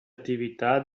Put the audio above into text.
attività